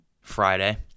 Friday